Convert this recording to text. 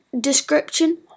description